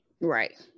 Right